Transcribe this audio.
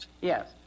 Yes